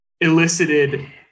elicited